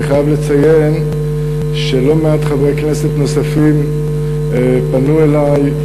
אני חייב לציין שלא מעט חברי כנסת נוספים פנו אלי.